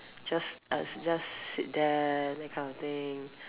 just uh just sit there that kind of thing